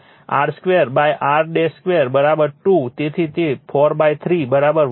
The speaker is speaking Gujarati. તેથી r 2 r 2 2 તેથી તે 4 3 1